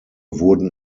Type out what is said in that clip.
wurden